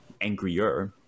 angrier